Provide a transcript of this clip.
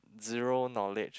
zero knowledge